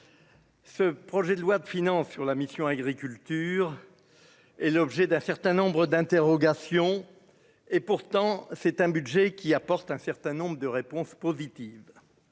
Ce projet de loi de finances sur la mission Agriculture et l'objet d'un certain nombre d'interrogations, et pourtant c'est un budget qui apporte un certain nombre de réponses positives,